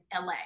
LA